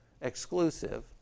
exclusive